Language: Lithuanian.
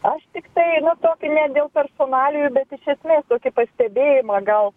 aš tiktai nu tokį ne dėl personalijų bet iš esmės tokį pastebėjimą gal